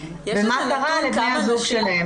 ומה קרה לבני הזוג שלהם,